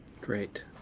Great